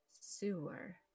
sewer